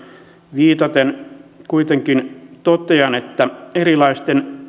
viitaten kuitenkin totean että erilaisten